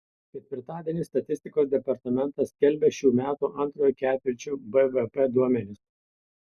ketvirtadienį statistikos departamentas skelbia šių metų antrojo ketvirčio bvp duomenis